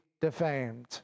defamed